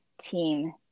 team